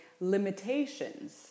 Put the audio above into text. limitations